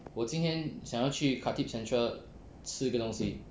我今天想要去 khatib central 吃一个东西